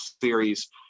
series